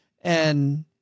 And-